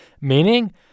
Meaning